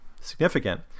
significant